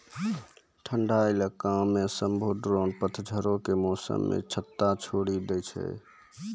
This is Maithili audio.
ठंडा इलाका मे सभ्भे ड्रोन पतझड़ो के मौसमो मे छत्ता छोड़ि दै छै